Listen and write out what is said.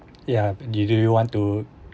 ya you did you want to